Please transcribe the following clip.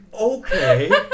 Okay